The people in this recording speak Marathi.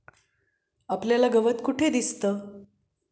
आपल्याला गवत कुठे मिळतं?